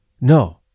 No